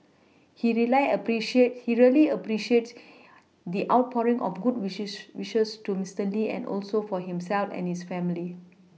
he rely appreciate he really appreciates the outpouring of good wish she wishes to Mister Lee and also for himself and his family